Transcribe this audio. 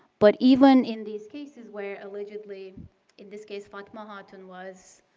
but even in these cases where allegedly in this case fatma hatun was